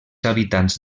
habitants